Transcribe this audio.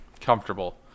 Comfortable